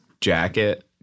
jacket